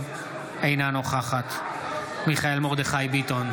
אינה נוכחת מיכאל מרדכי ביטון,